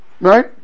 right